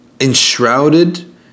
enshrouded